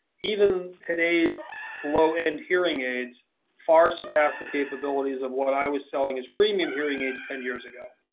even today's low end hearing aids far surpass the capabilities of what i was selling as premium hearing aids ten years ago.